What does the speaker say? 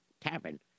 tavern